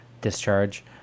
Discharge